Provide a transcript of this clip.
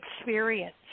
experience